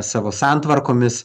savo santvarkomis